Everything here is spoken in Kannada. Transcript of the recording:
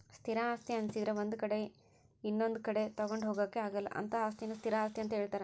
ಸ್ಥಿರ ಆಸ್ತಿ ಅನ್ನಿಸದ್ರೆ ಒಂದು ಕಡೆ ಇನೊಂದು ಕಡೆ ತಗೊಂಡು ಹೋಗೋಕೆ ಆಗಲ್ಲ ಅಂತಹ ಅಸ್ತಿಯನ್ನು ಸ್ಥಿರ ಆಸ್ತಿ ಅಂತ ಹೇಳ್ತಾರೆ